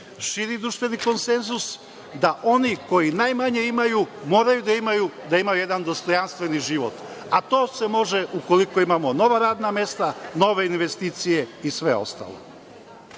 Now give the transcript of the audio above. širi društveni konsenzus. Da oni koji najmanje imaju, moraju da imaju, da imaju jedan dostojanstveni život. To se može ukoliko imamo nova radna mesta, nove investicije i sve ostalo. Rekao